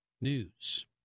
News